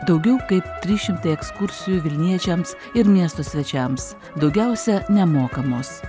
daugiau kaip trys šimtai ekskursijų vilniečiams ir miesto svečiams daugiausia nemokamos